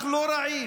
אנחנו לא רעים,